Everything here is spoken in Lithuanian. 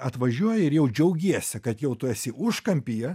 atvažiuoji ir jau džiaugiesi kad jau tu esi užkampyje